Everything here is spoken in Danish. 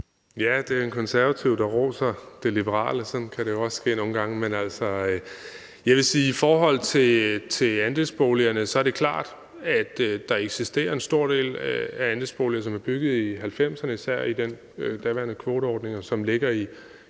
Ja, det er en konservativ, der roser det liberale. Sådan kan det jo også ske nogle gange. Men i forhold til andelsboligerne vil jeg sige, at det er klart, at der eksisterer en stor del af andelsboliger, som er bygget i 1990'erne, især i den daværende kvoteordning, og som ligger i mindre